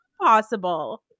possible